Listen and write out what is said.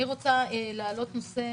אני רוצה להעלות נושא